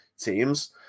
teams